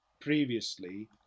previously